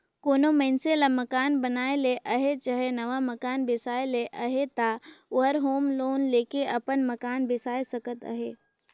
कोनो मइनसे ल मकान बनाए ले अहे चहे नावा मकान बेसाए ले अहे ता ओहर होम लोन लेके अपन मकान बेसाए सकत अहे